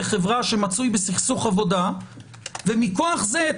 שנמצא בסכסוך עבודה ומזיזים את